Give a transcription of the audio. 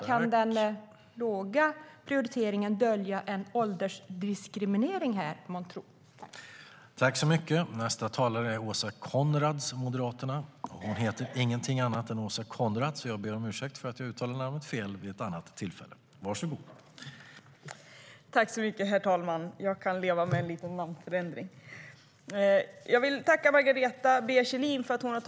Kan den låga prioriteringen dölja en åldersdiskriminering månntro?